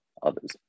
others